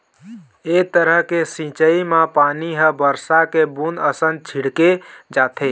ए तरह के सिंचई म पानी ह बरसा के बूंद असन छिड़के जाथे